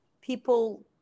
people